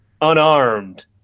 unarmed